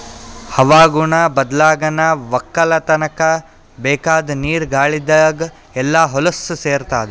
ಹವಾಗುಣ ಬದ್ಲಾಗನಾ ವಕ್ಕಲತನ್ಕ ಬೇಕಾದ್ ನೀರ ಗಾಳಿದಾಗ್ ಎಲ್ಲಾ ಹೊಲಸ್ ಸೇರತಾದ